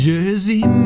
Jersey